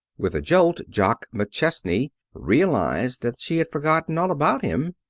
with a jolt jock mcchesney realized that she had forgotten all about him.